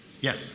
Yes